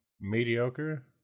mediocre